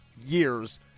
years